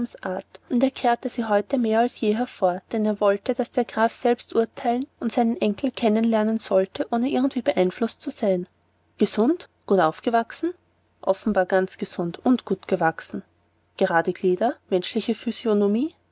und er kehrte sie heute mehr als je hervor denn er wollte daß der graf selbst urteilen und seinen enkel kennen lernen sollte ohne irgendwie beeinflußt zu sein gesund gut gewachsen offenbar ganz gesund und gut gewachsen gerade glieder menschliche physiognomie